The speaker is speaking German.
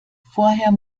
vorher